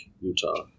Utah